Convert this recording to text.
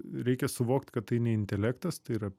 reikia suvokt kad tai ne intelektas tai yra